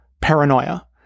paranoia